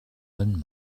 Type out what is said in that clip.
own